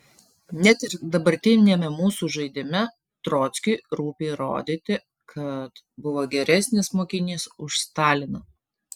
net ir dabartiniame mūsų žaidime trockiui rūpi įrodyti kad buvo geresnis mokinys už staliną